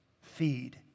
Feed